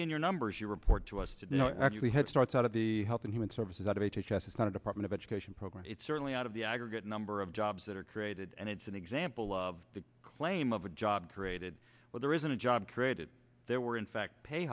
be in your numbers you report to us today actually head starts out of the health and human services out of h s it's not a department of education program it's certainly out of the aggregate number of jobs that are created and it's an example of the claim of a job created where there isn't a job created there were in fact pay